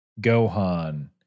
Gohan